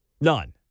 None